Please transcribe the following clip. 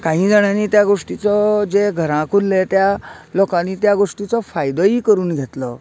काहीं जाणांनी त्या गोष्टीचो जे घराक उरले त्या लोकांनी त्या गोश्टीचो फायदोय करून घेतलो